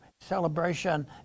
celebration